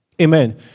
Amen